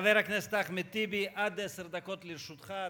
חבר הכנסת אחמד טיבי, עד עשר דקות לרשותך.